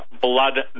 blood